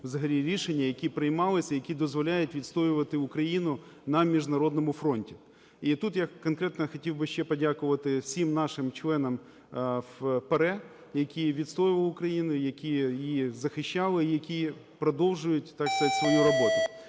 взагалі рішення, які приймалися, які дозволяють відстоювати Україну на міжнародному фронті. І тут я конкретно хотів би ще подякувати всім нашим членам в ПАРЄ, які відстоювали Україну, які її захищали, які продовжують, так сказать, свою роботу.